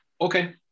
Okay